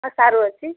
ସାରୁ ଅଛି